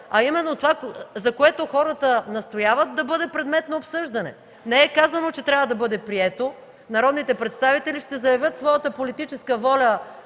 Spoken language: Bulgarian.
а именно това, за което хората настояват – да бъде предмет на обсъждане. Не е казано, че трябва да бъде прието. Народните представители ще заявят своята политическа воля